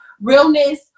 realness